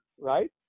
right